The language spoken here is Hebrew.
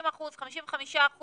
55%